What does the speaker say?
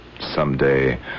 Someday